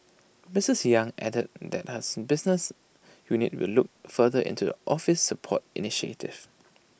Misters yang added that her's business unit will look further into the office's support initiatives